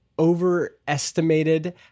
overestimated